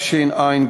קטין),